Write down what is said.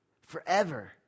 forever